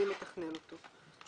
מי מתכנן אותו.